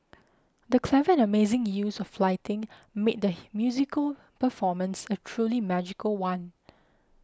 the clever and amazing use of lighting made the musical performance a truly magical one